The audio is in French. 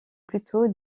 plutôt